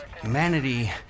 Humanity